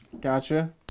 Gotcha